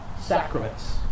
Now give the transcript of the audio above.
sacraments